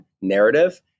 narrative